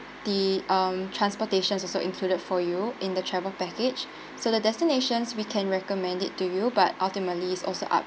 the um transportation is also included for you in the travel package so the destination we can recommend it to you but ultimately it's also up